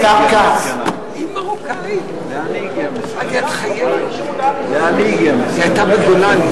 אני מבקש, השר ישראל כץ נמצא פה.